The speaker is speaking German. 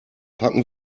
packen